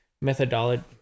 methodology